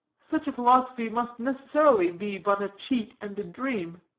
such a philosophy must necessarily be but a cheat and a dream.